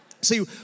See